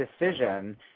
decision